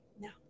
No